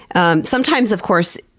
um sometimes of course,